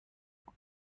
پاسخ